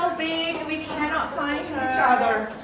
be cannot find her